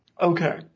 Okay